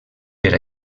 per